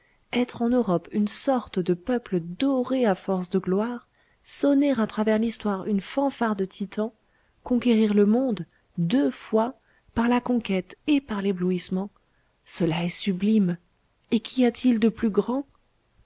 être en europe une sorte de peuple doré à force de gloire sonner à travers l'histoire une fanfare de titans conquérir le monde deux fois par la conquête et par l'éblouissement cela est sublime et qu'y a-t-il de plus grand